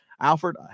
Alfred